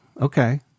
okay